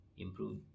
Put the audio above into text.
improve